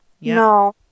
No